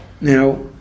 now